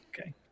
Okay